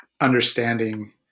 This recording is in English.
understanding